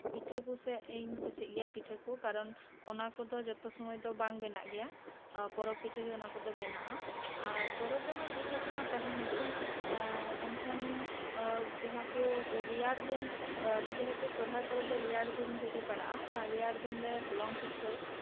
ᱯᱤᱴᱷᱟᱹ ᱠᱚᱥᱮᱡ ᱤᱧ ᱠᱩᱥᱤᱭᱟᱜ ᱜᱮᱭᱟ ᱠᱟᱨᱚᱱ ᱚᱱᱟ ᱠᱚᱫᱚ ᱡᱚᱛᱚ ᱥᱚᱢᱚᱭ ᱫᱚ ᱵᱟᱝ ᱵᱮᱱᱟᱜ ᱜᱮᱭᱟ ᱯᱚᱨᱚᱵᱽ ᱯᱤᱪᱷᱩ ᱜᱮ ᱚᱱᱟ ᱠᱚᱫᱚ ᱵᱮᱱᱟᱜᱼᱟ ᱯᱚᱨᱚᱵᱽ ᱨᱮᱢᱟ ᱡᱤᱞ ᱦᱟᱹᱠᱩ ᱢᱟ ᱛᱟᱸᱦᱮᱱ ᱜᱮ ᱡᱮᱦᱮᱛᱩ ᱨᱮᱭᱟᱲ ᱫᱤᱱ ᱟᱞᱮ ᱡᱮᱦᱮᱛᱩ ᱥᱚᱨᱦᱟᱭ ᱯᱚᱨᱚᱵᱽ ᱫᱚ ᱨᱮᱭᱟᱲ ᱫᱤᱱ ᱨᱮᱜᱮ ᱯᱟᱲᱟᱜᱼᱟ ᱨᱮᱭᱟᱲ ᱫᱤᱱᱨᱮ ᱦᱚᱞᱚᱝ ᱯᱤᱴᱷᱟᱹ